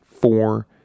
four